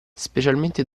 specialmente